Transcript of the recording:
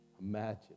imagine